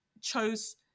chose